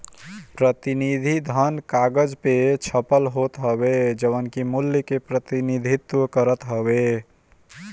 प्रतिनिधि धन कागज पअ छपल होत हवे जवन की मूल्य के प्रतिनिधित्व करत हवे